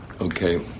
okay